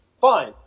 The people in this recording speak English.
fine